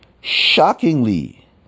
Shockingly